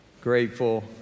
Grateful